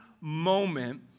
moment